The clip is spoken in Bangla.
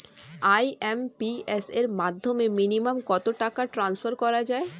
আই.এম.পি.এস এর মাধ্যমে মিনিমাম কত টাকা ট্রান্সফার করা যায়?